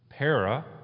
Para